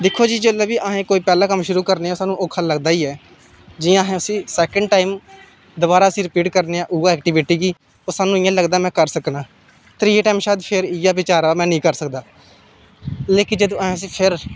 दिक्खो जी जिसलै बी असें कोई पैह्ला कम्म शुरू करने आं औक्खा लगदा ही ऐ जि'यां असें उसी सैकंड टाइम दबारा उसी रपीट करने आं उस्सै ऐक्टीविटी गी सानूं इयां लगदा कि में कर सकना त्रिये टाइम शायद फिर इ'यै बिचार हा कि में नेईं कर सकदा लेकिन जंदू असें फिर